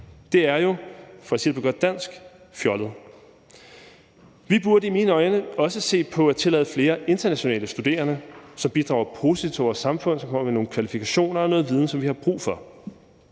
Det er jo, for at sige det på godt dansk, fjollet. Vi burde i mine øjne også se på at tillade flere internationale studerende, som bidrager positivt til vores samfund, og som kommer med nogle kvalifikationer og noget viden, som vi har brug for.